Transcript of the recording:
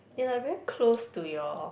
they like very close to your